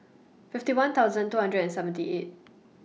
fifty one thousand two hundred and seventy eight